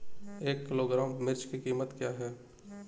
एक किलोग्राम मिर्च की कीमत क्या है?